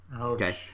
Okay